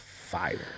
fire